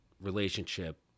relationship